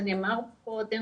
זה נאמר קודם,